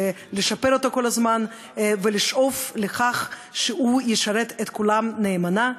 ולשפר אותו כל הזמן ולשאוף לכך שהוא ישרת את כולם נאמנה,